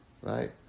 right